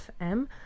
FM